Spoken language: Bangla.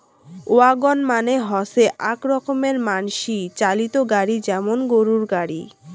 ওয়াগন মানে হসে আক রকমের মানসি চালিত গাড়ি যেমন গরুর গাড়ি